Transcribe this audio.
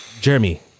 Jeremy